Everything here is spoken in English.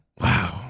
Wow